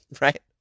Right